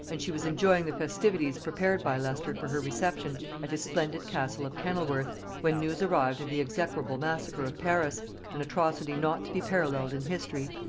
and she was enjoying the festivities prepared by leicester for her reception at his splendid castle of kennelworth, when news arrived of the execrable massacre of paris an atrocity not to be paralleled in history!